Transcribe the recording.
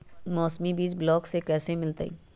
मौसमी बीज ब्लॉक से कैसे मिलताई?